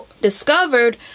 discovered